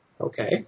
Okay